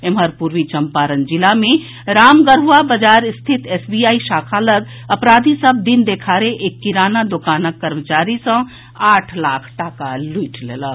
एम्हर पूर्वी चम्पारण जिला मे रामगढ़ूवा बाजार स्थित एसबीआई शाखा लऽग अपराधी सभ दिन देखारे एक किराना दोकानक कर्मचारी सँ आठ लाख टाका लूटि लेलक